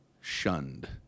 shunned